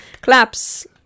Claps